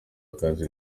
akazi